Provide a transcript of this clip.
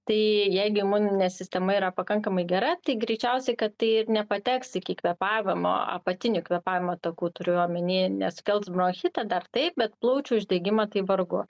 tai jeigu imuninė sistema yra pakankamai gera tai greičiausiai kad tai ir nepateks iki kvėpavimo apatinių kvėpavimo takų turiu omeny nesukels bronchitą dar taip bet plaučių uždegimą tai vargu